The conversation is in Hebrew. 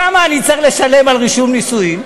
כמה אני צריך לשלם על רישום נישואים?